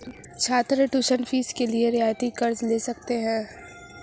छात्र tuition fees के लिए रियायती कर्ज़ ले सकते हैं